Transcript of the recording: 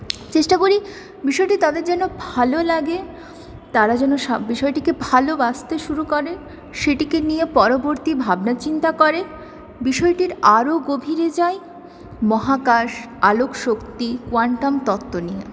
চেষ্টা করি বিষয়টি তাদের যেন ভালো লাগে তারা যেন বিষয়টিকে ভালবাসতে শুরু করে সেটিকে নিয়ে পরবর্তী ভাবনাচিন্তা করে বিষয়টির আরো গভীরে যাই মহাকাশ আলোক শক্তি কোয়ান্টাম তত্ত্ব নিয়ে